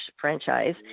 franchise